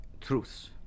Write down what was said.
truths